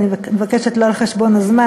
ואני מבקשת לא על חשבון הזמן,